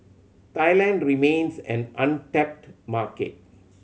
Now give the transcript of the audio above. Thailand remains an untapped market